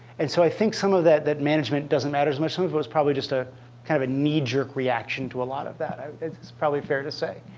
and so i think some of that that management doesn't matter as much. some of it was probably just a kind of a knee-jerk reaction to a lot of that, it's it's probably fair to say.